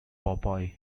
popeye